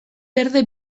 berde